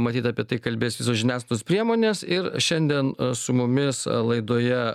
matyt apie tai kalbės visos žiniasklaidos priemonės ir šiandien su mumis laidoje